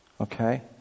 Okay